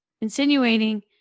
insinuating